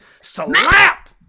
Slap